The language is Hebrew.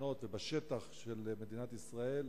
בתחנות ובשטח של מדינת ישראל,